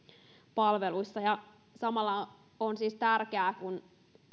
palveluissa on siis tärkeää että samalla kun